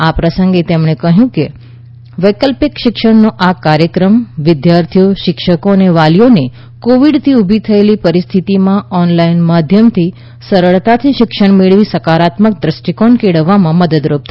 આ પ્રસંગે તેમણે કહ્યું કે વૈકલ્પિક શિક્ષણનો આ કાર્યક્રમ વિદ્યાર્થીઓ શિક્ષકો અને વાલીઓને કોવિડથી ઊભી થયેલી પરિસ્થિતિમાં ઓનલાઇન માધ્યમથી સરળતાથી શિક્ષણ મેળવી સકારાત્મક દૃષ્ટિકોણ કેળવવામાં મદદરૂપ થશે